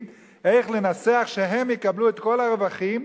איך לנסח כך שהם יקבלו את כל הרווחים,